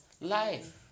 Life